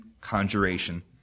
conjuration